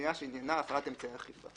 בפנייה שעניינה הפעלת אמצעי אכיפה.